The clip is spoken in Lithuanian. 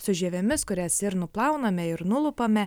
su žievėmis kurias ir nuplauname ir nulupame